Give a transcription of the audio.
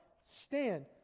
stand